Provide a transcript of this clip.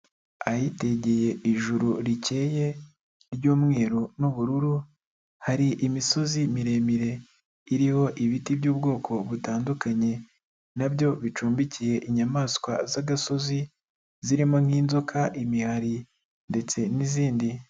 Ahitegeye Ijuru rikeye ry'umweru n'ubururu, hari imisozi miremire iriho ibiti by'ubwoko butandukanye na byo bicumbikiye inyamaswa z'agasozi zirimo nk'inzoka, imihari ndetse n'izindi.